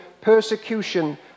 persecution